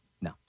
no